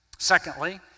Secondly